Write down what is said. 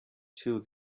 two